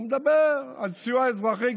הוא מדבר על סיוע אזרחי,